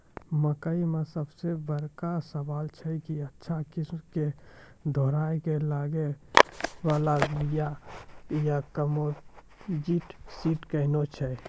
मकई मे सबसे बड़का सवाल छैय कि अच्छा किस्म के दोहराय के लागे वाला बिया या कम्पोजिट सीड कैहनो छैय?